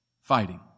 fighting